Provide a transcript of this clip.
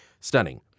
Stunning